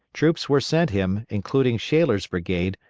troops were sent him, including shaler's brigade,